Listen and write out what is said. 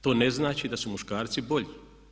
To ne znači da su muškarci bolji.